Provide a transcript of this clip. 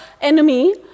enemy